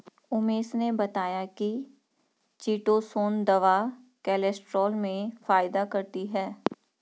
उमेश ने बताया कि चीटोसोंन दवा कोलेस्ट्रॉल में फायदा करती है